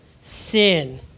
sin